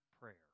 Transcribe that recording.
prayer